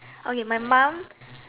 okay my mum